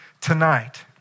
Tonight